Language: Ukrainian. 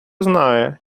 знає